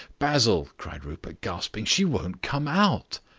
basil, cried rupert, gasping, she won't come out.